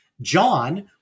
John